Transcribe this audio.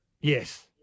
Yes